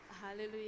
Hallelujah